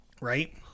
Right